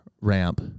ramp